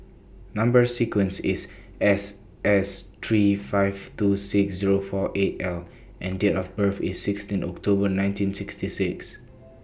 Number sequence IS S S three five two six Zero four eight L and Date of birth IS sixteen October nineteen sixty six